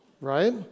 right